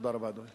תודה רבה, אדוני.